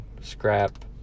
scrap